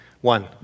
One